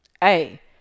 Hey